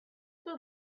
will